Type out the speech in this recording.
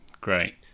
Great